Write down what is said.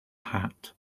hat